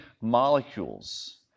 molecules